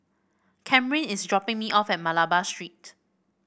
Kamryn is dropping me off at Malabar Street